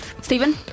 Stephen